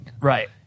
right